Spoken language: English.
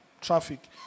traffic